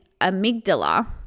amygdala